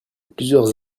plusieurs